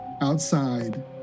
outside